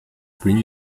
green